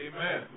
Amen